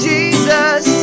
Jesus